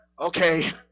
Okay